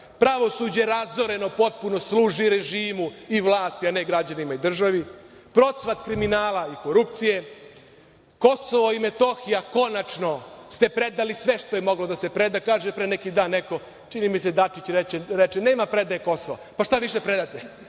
pravosuđe razoreno potpuno služi režimu i vlasti, a ne građanima i državi, procvat kriminala i korupcije. Kosovo i Metohiju ste konačno predali sve što je moglo da se preda. Kaže pre neki dan neko, čini mi se Dačić reče – nema predaje Kosova. Pa, šta više da predate?